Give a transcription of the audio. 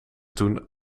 toen